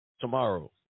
tomorrow